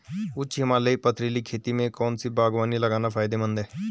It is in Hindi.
उच्च हिमालयी पथरीली खेती में कौन सी बागवानी लगाना फायदेमंद है?